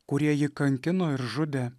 kurie jį kankino ir žudė